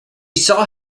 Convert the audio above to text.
saw